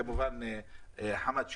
כמובן גם ח"כ חמד עמאר,